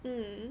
mm